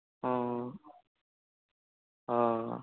অ' অ'